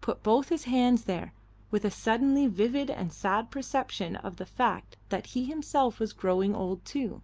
put both his hands there with a suddenly vivid and sad perception of the fact that he himself was growing old too